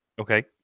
Okay